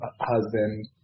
husband